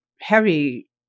heavy